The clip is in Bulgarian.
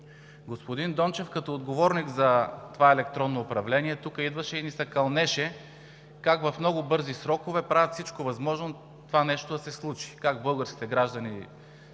Господин Дончев като отговорник за това електронно управление идваше тук и ни се кълнеше как в много бързи срокове правят всичко възможно това нещо да се случи, как българските граждани